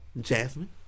Jasmine